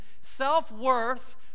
self-worth